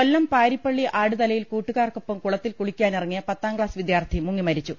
കൊല്ലം പാരിപ്പള്ളി ആടുതലയിൽ കൂട്ടുകാർക്കൊപ്പം കുളത്തിൽ കുളിക്കാനിറങ്ങിയ പത്താംക്ലാസ് വിദ്യാർത്ഥി മുങ്ങിമരിച്ചു